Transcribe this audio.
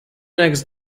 next